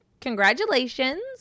congratulations